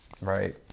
right